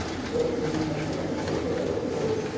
स्वास्थ्य बीमा कम से कम कतेक तक करवा सकोहो ही?